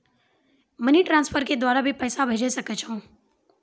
Money transfer के द्वारा भी पैसा भेजै सकै छौ?